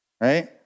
right